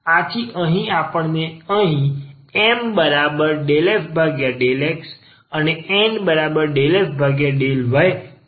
આથી અહીં આપણ ને અહીં M∂f∂xઅને N∂f∂y ગુણાંક મેળવીએ છીએ